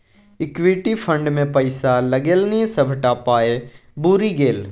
equity fund मे पैसा लगेलनि सभटा पाय बुरि गेल